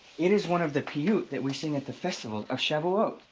it is one of the piyut that we sing at the festival of shavuot.